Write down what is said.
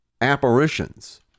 apparitions